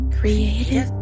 Creative